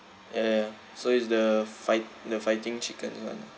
ya ya ya so it's the fight the fighting chicken that [one]